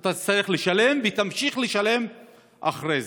אתה תצטרך לשלם, ותמשיך לשלם אחרי זה.